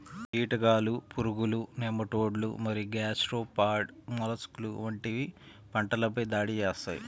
కీటకాలు, పురుగులు, నెమటోడ్లు మరియు గ్యాస్ట్రోపాడ్ మొలస్క్లు వంటివి పంటలపై దాడి చేస్తాయి